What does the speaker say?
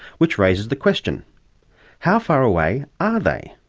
which raises the question how far away are they?